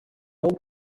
old